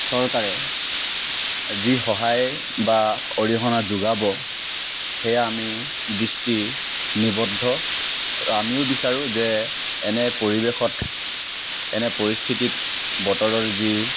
চৰকাৰে যি সহায় বা অৰিহণা যোগাব সেয়া আমি দৃষ্টি নিবদ্ধ আৰু আমিও বিচাৰোঁ যে এনে পৰিৱেশত এনে পৰিস্থিতিত বতৰৰ যি